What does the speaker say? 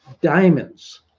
diamonds